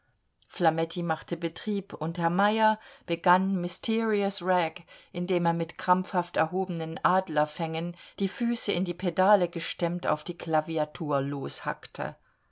flametti machte betrieb und herr meyer begann mysterious rag indem er mit krampfhaft erhobenen adlerfängen die füße in die pedale gestemmt auf die klaviatur loshackte